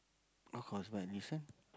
of course but this one